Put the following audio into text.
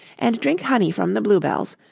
and drink honey from the blue bells.